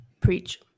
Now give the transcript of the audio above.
Preach